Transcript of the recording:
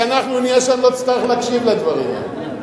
כשאנחנו נהיה שם לא תצטרך להקשיב לדברים האלה,